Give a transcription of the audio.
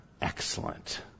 excellent